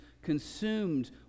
consumed